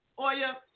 Oya